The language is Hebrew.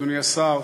אדוני השר,